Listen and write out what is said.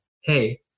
hey